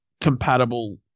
compatible